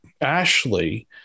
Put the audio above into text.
Ashley